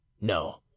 no